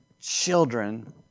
children